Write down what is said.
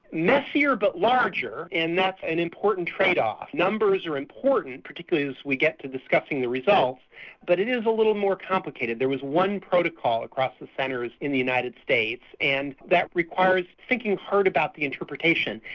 messier but larger and that's an important trade off. numbers are important, particularly as we get to discussing the results but it is a little more complicated. there was one protocol across the centres in the united states and that requires thinking hard about the interpretation.